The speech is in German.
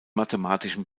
mathematischen